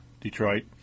Detroit